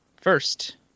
first